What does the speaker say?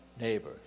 neighbor